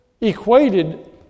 equated